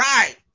Right